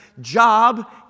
job